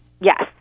Yes